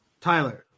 Tyler